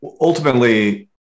ultimately